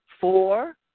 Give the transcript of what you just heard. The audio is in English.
four